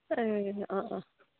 ए अँ अँ